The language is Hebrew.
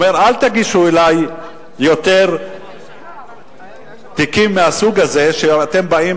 הוא אומר: אל תגישו אלי יותר תיקים מהסוג הזה שאתם באים